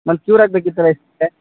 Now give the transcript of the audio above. ಮತ್ತೆ ಕ್ಯೂರ್ ಆಗಬೇಕಿತ್ತಲ್ಲ ಇಷ್ಟೊತ್ತಿಗೆ